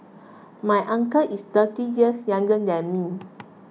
my uncle is thirty years younger than me